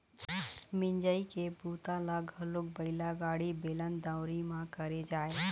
मिंजई के बूता ल घलोक बइला गाड़ी, बेलन, दउंरी म करे जाए